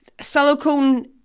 silicone